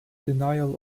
denial